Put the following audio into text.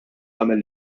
tagħmel